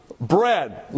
bread